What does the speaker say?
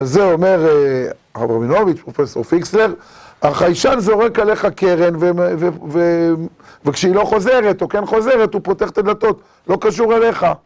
אז זה אומר אברמינוביץ', פרופסור פינקסלר, החיישן זורק עליך קרן וכשהיא לא חוזרת, או כן חוזרת, הוא פותח את הדלתות, לא קשור אליך.